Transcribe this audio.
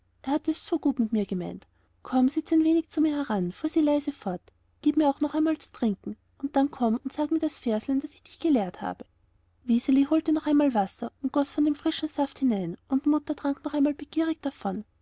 er hat es so gut mit mir gemeint komm sitz ein wenig zu mir heran fuhr sie leise fort gib mir auch noch einmal zu trinken und dann komm und sag mir das verslein was ich dich gelehrt habe wiseli holte noch einmal wasser und goß von dem frischen saft hinein und die mutter trank noch einmal begierig davon